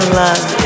love